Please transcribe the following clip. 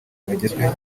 bagezwe